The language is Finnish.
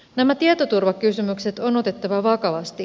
nämä tietoturvakysymykset on otettava vakavasti